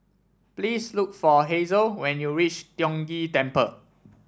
please look for Hazle when you reach Tiong Ghee Temple